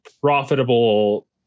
profitable